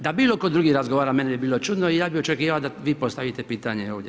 Da bilo tko drugi razgovara meni bi bilo čudno i ja bih očekivao da vi postavite pitanje ovdje.